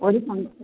ഒരു